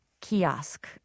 kiosk